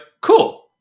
cool